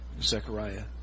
Zechariah